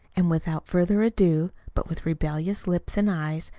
and without further ado, but with rebellious lips and eyes,